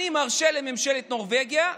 אני מרשה לממשלת נורבגיה,